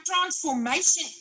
transformation